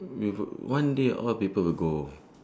we would one day all people will go